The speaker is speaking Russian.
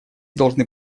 должны